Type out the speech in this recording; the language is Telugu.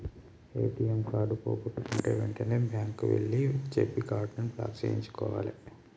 ఏ.టి.యం కార్డు పోగొట్టుకుంటే వెంటనే బ్యేంకు వాళ్లకి చెప్పి కార్డుని బ్లాక్ చేయించుకోవాలే